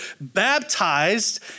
baptized